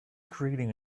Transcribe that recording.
creating